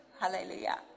hallelujah